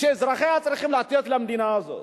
שאזרחי המדינה צריכים לתת למדינה הזאת.